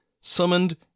summoned